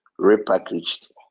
repackaged